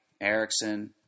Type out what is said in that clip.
Erickson